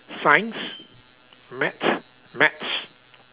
science maths maths